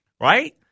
Right